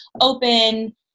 open